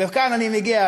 וכאן אני מגיע,